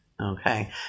Okay